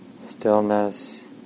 stillness